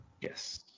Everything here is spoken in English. Yes